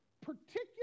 particular